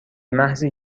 محضی